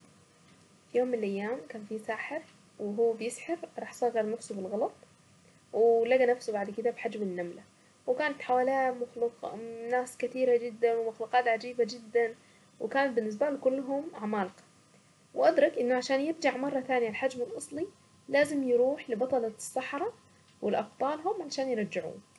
في يوم من الايام كان في ساحر وهو بيسحر راح صغر نفسه بالغلط ولقى نفسه بعد كده بحجم النملة وكانت حواليه ناس كثيرة جدا ومخلوقات عجيبة جدا وكانت بالنسبة له كلهم عمالقة وادرك انه عشان يرجع مرة ثانية الحجم الاصلي لازم يروح لبطلة السحرا ولأبطالهم عشان برجعوه.